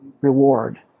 reward